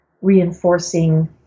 reinforcing